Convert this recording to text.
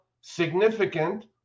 significant